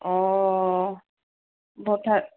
অ'